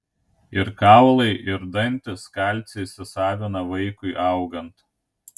ir kaulai ir dantys kalcį įsisavina vaikui augant